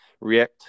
react